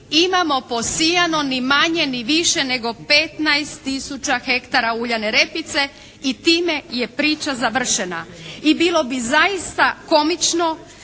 imamo posijano ni manje ni više nego 15 tisuća hektara uljane repice, i time je priča završena. I bilo bi zaista komično